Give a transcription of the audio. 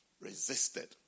resisted